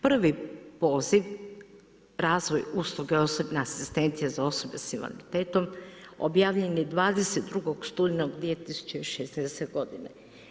Prvi poziv razvoj usluge osobne asistencije za osobe sa invaliditetom objavljen je 22. studenog 2016. godine.